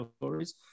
stories